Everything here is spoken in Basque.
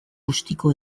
bustiko